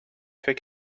fais